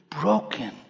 broken